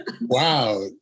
Wow